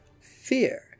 fear